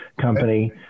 Company